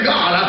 God